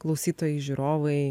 klausytojai žiūrovai